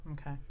Okay